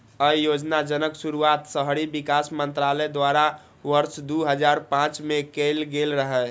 अय योजनाक शुरुआत शहरी विकास मंत्रालय द्वारा वर्ष दू हजार पांच मे कैल गेल रहै